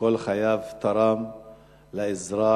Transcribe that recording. שכל חייו תרם לאזרח,